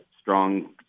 strong